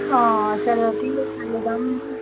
अँ सेलरोटी आलुदम